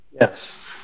Yes